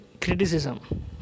criticism